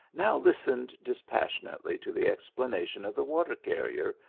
now listened dispassionately to the explanation of the water-carrier,